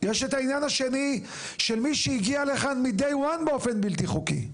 יש את העניין השני של מי שהגיע לכאן מהיום הראשון באופן בלתי חוקי,